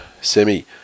semi